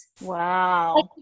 Wow